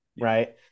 right